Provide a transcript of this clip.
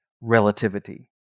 relativity